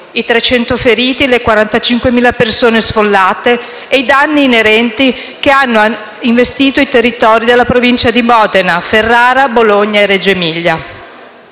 i 300 feriti, le 45.000 persone sfollate e i danni inerenti che hanno investito i territori delle Province di Modena, Ferrara, Bologna e Reggio Emilia.